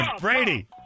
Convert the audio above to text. Brady